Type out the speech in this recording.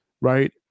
right